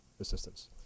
assistance